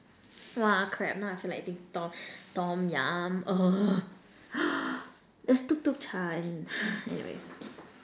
!wah! crap now I feel like eating tom tom-yum there's tuk-tuk-cha and anyways